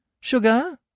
Sugar